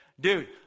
Dude